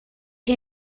chi